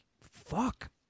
fuck